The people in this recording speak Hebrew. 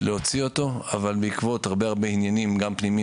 להוציא אותו אבל בעקבות הרבה עניינים גם פנימיים